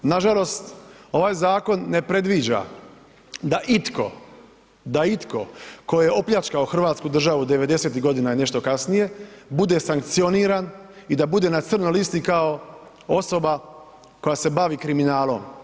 Nažalost, ovaj zakon ne predviđa da itko, da itko tko je opljačkao Hrvatsku državu '90.-tih godina i nešto kasnije bude sankcioniran i da bude na crnoj listi kao osoba koja se bavi kriminalom.